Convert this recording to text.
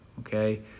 Okay